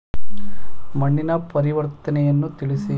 ಮಣ್ಣಿನ ಪರಿವರ್ತನೆಯನ್ನು ತಿಳಿಸಿ?